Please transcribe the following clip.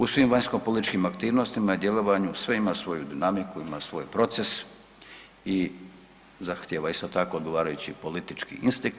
U svim vanjskopolitičkim aktivnostima djelovanju sve ima svoju dinamiku ima svoj proces i zahtijeva isto tako odgovarajući politički instinkt.